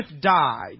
died